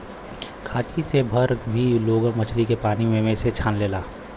खांची से भी लोग मछरी के पानी में से छान लेला